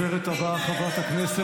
יבגני,